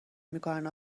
میکنن